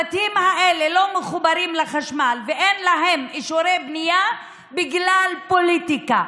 הבתים האלה לא מחוברים לחשמל ואין להם אישורי בנייה בגלל פוליטיקה.